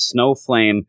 Snowflame